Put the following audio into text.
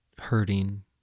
hurting